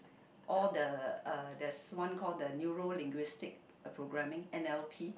all the uh there's one call the neurolinguistic programming N_L_P